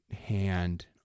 hand